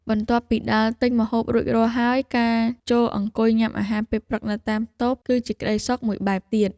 បន្ទាប់ពីដើរទិញម្ហូបរួចរាល់ហើយការចូលអង្គុយញ៉ាំអាហារពេលព្រឹកនៅតាមតូប គឺជាក្ដីសុខមួយបែបទៀត។